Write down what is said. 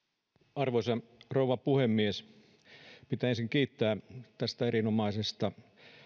arvoisa rouva puhemies pitää ensin kiittää tästä erinomaisesta